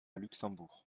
luxembourg